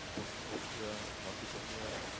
austria, macedonia.